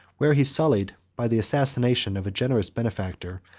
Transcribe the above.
where he sullied, by the assassination of a generous benefactor,